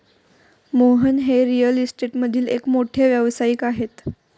मोहन हे रिअल इस्टेटमधील एक मोठे व्यावसायिक आहेत